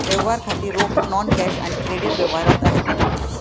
व्यवहार खाती रोख, नॉन कॅश आणि क्रेडिट व्यवहार आहेत